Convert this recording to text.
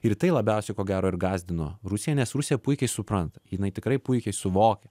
ir tai labiausiai ko gero ir gąsdino rusiją nes rusija puikiai supranta jinai tikrai puikiai suvokia